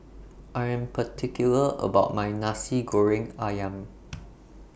I Am particular about My Nasi Goreng Ayam